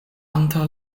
antaŭ